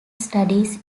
studied